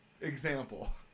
example